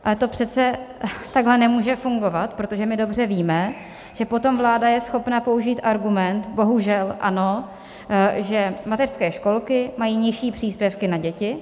Ale to přece takhle nemůže fungovat, protože my dobře víme, že potom vláda je schopna použít argument bohužel ano že mateřské školky mají nižší příspěvky na děti.